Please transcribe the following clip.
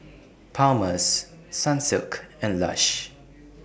Palmer's Sunsilk and Lush